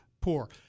poor